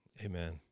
Amen